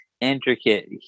intricate